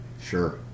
Sure